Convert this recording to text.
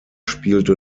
spielte